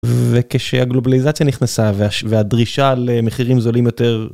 וכשהגלובליזציה נכנסה והדרישה למחירים זולים יותר.